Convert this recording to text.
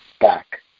back